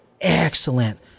Excellent